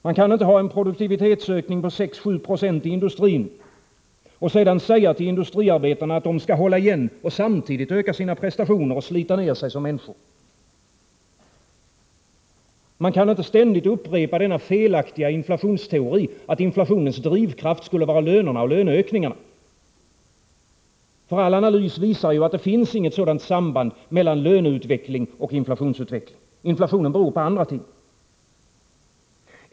Man kan inte ha en produktivitetsökning på 6-7 90 i industrin och sedan säga till industriarbetarna att de skall hålla igen samtidigt som de skall öka sina prestationer och slita ner sig som människor. Man kan inte ständigt upprepa den felaktiga inflationsteorin att inflationens drivkraft skulle vara lönerna och löneökningarna. All analys visar att det inte finns något sådant samband mellan löneutveckling och inflationsutveckling. Inflationen beror på andra ting.